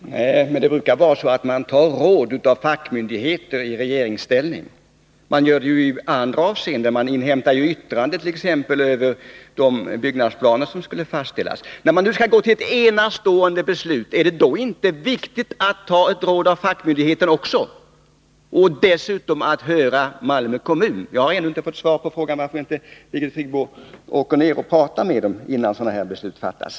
Herr talman! Det brukar vara så att man i regeringsställning tar råd av fackmyndigheter. Man gör ju det i andra avseenden, och man inhämtar yttranden t.ex. över de byggnadsplaner som skulle fastställas. När man nu skall gå till ett enastående beslut, är det då inte viktigt att ta råd av fackmyndigheter och dessutom höra Malmö kommun? Jag har ännu inte fått svar på frågan, varför inte Birgit Friggebo åker ner och talar med företrädare för kommunen innan ett sådant här beslut fattas.